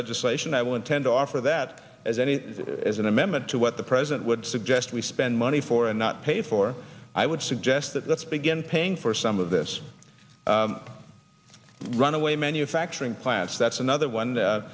legislation i will intend to offer that as any as an amendment to what the president would suggest we spend money for and not pay for i would suggest that let's begin paying for some of this runaway manufacturing plants that's another one